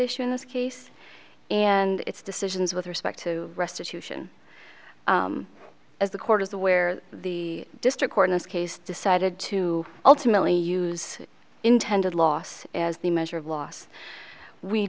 issue in this case and its decisions with respect to restitution as the court is aware the district court in this case decided to ultimately use intended loss as the measure of loss we